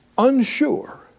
unsure